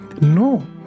No